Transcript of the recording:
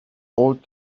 old